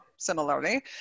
Similarly